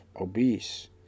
obese